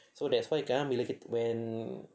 so that's why kadang bila kita when